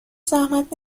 زحمت